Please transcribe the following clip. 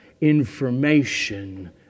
information